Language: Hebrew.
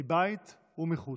מבית ומחוץ.